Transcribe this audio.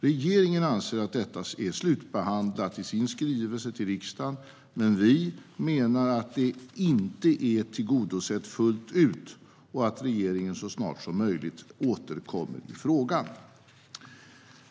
Regeringen anser i sin skrivelse till riksdagen att detta är slutbehandlat, men vi menar att det inte är fullt ut tillgodosett och att regeringen så snart som möjligt bör återkomma i frågan.